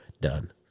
Done